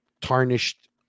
tarnished